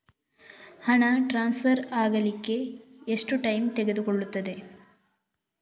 ಹಣ ಟ್ರಾನ್ಸ್ಫರ್ ಅಗ್ಲಿಕ್ಕೆ ಎಷ್ಟು ಟೈಮ್ ತೆಗೆದುಕೊಳ್ಳುತ್ತದೆ?